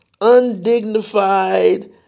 undignified